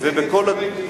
נגד חרדים.